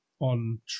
on